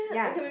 yeah